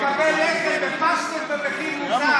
תשקיע בציבור שמחכים לקבל לחם ופסטות במחיר מוזל.